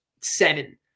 seven